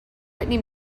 whitney